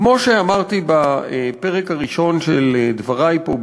כמו שאמרתי בפרק הראשון של דברי פה,